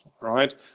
right